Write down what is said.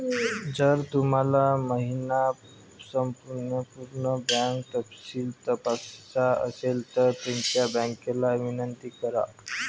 जर तुम्हाला महिना संपण्यापूर्वी बँक तपशील तपासायचा असेल तर तुमच्या बँकेला विनंती करा